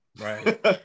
right